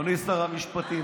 אדוני שר המשפטים,